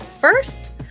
first